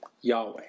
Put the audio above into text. Yahweh